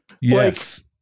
Yes